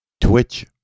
Twitch